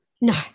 No